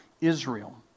Israel